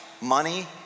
Money